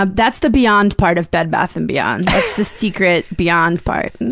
ah that's the beyond part of bed bath and beyond. that's the secret beyond part. and